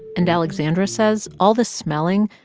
and alexandra says, all this smelling?